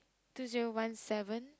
two zero one seven